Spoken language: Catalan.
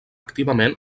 activament